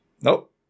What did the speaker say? Nope